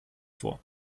vor